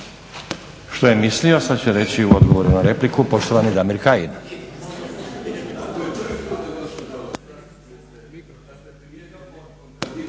Što je mislio sad će reći u odgovoru na repliku poštovani Damir Kajin.